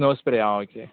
no spray आं okay